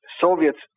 Soviets